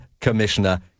commissioner